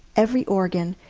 every organ.